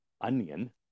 onion